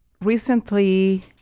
Recently